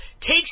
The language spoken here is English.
takes